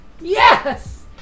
Yes